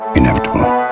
Inevitable